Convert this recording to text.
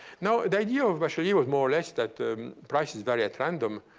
now, the idea of bachelier was more or less that prices vary at random.